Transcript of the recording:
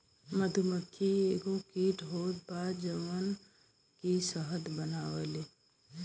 मधुमक्खी एगो कीट होत बा जवन की शहद बनावेले